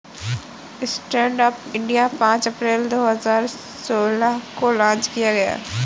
stand up India पांच अप्रैल दो हजार सोलह को लॉन्च किया गया